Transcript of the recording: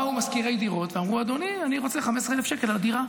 באו משכירי דירות ואמרו: אני רוצה 15,000 שקלים על הדירה.